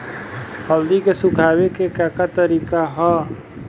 हल्दी के सुखावे के का तरीका ह?